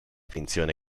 finzione